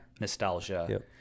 nostalgia